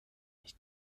ami